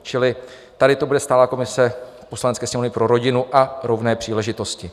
Čili tady to bude stálá komise Poslanecké sněmovny pro rodinu a rovné příležitosti.